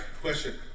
question